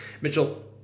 Mitchell